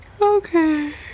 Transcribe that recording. Okay